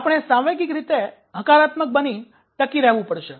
આપણે સાંવેગિક રીતે હકારાત્મક બની ટકી રહેવું પડશે